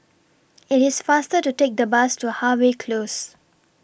IT IS faster to Take The Bus to Harvey Close